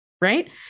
right